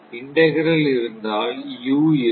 integral இருந்தால் U இருக்கும்